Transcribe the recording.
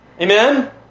Amen